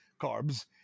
carbs